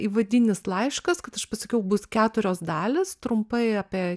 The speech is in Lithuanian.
įvadinis laiškas kad aš pasakiau bus keturios dalys trumpai apie